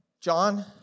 John